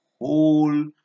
whole